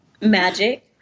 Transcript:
Magic